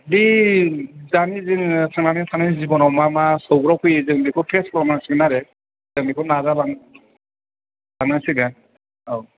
बे दानि जोङो थांनानै थानायनि जिबनआव मा मा सौग्रावफैयो जों बेखौ फेस खालामनांसिगोन आरो जों बेखौ नाजालांनांसिगोन औ